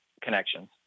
Connections